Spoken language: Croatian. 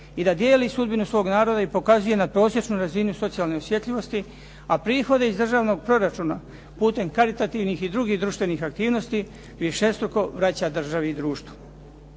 i da dijeli sudbinu svog naroda i pokazuje na prosječnoj razini socijalne osjetljivosti, a prihode iz državnog proračuna putem karitativnih drugih društvenih aktivnosti višestruko vraća državi i društvu.